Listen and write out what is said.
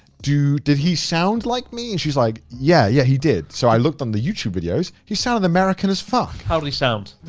did he sound like me? and she's like, yeah. yeah, he did. so i looked on the youtube videos. he sounded american as fuck. how did he sound?